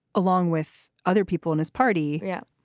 along with other people in his party yeah,